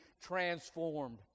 transformed